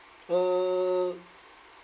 uh